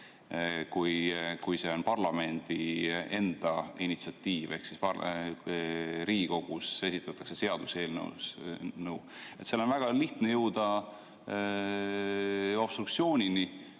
kui see on parlamendi enda initsiatiiv. Kui Riigikogus esitatakse see seaduseelnõu, siis on väga lihtne jõuda obstruktsioonini,